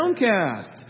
downcast